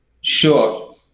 Sure